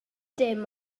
dim